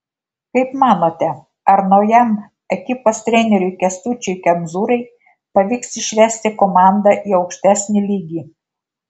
kaip manote ar naujam ekipos treneriui kęstučiui kemzūrai pavyks išvesti komandą į aukštesnį lygį